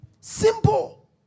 Simple